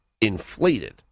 inflated